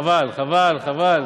חבל שאתה לא תומך בזה.